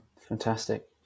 Fantastic